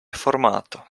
formato